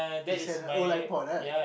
as in old iPod right